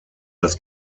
das